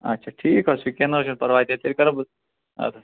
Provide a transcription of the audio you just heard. آچھا ٹھیٖک حظ چھُ کیٚنٛہہ نَہ حظ چھُنہٕ پرواے تیٚلہِ تیٚلہِ کَرہو بہٕ اَدٕ حظ